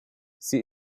sie